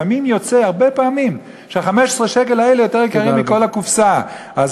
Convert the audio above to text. הרבה פעמים יוצא שה-15 שקל יותר יקרים מכל הקופסה.